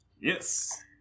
yes